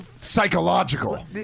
Psychological